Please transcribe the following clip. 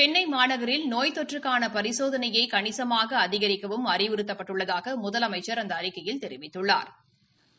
சென்னை மாநகரில் நோய் தொற்றுக்கான பரிசோதனையை கணிசமாக அதிகரிக்கவும் அறிவுறுத்தப்பட்டுள்ளதாக முதலமைச்சா் அந்த அறிக்கையில் தெரிவித்துள்ளாா்